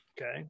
Okay